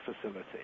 facility